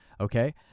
Okay